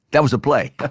that was the play. but